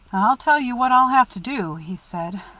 i'll tell you what i'll have to do, he said.